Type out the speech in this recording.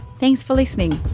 thanks for listening